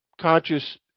conscious